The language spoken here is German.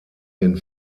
den